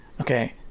Okay